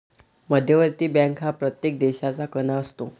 मध्यवर्ती बँक हा प्रत्येक देशाचा कणा असतो